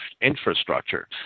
infrastructure